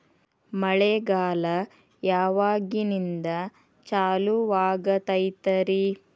ಮಳೆಗಾಲ ಯಾವಾಗಿನಿಂದ ಚಾಲುವಾಗತೈತರಿ?